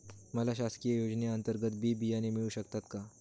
मला शासकीय योजने अंतर्गत बी बियाणे मिळू शकतात का?